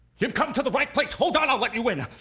you've come to the right place! hold on i'll let you in.